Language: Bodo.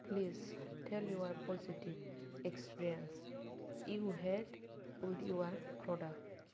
please tell your positive experience you had with your product